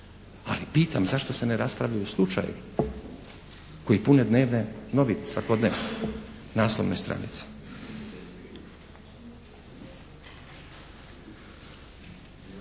Ali pitam zašto se ne raspravlja o slučajevima koji pune dnevne novine svakodnevno, naslovne stranice.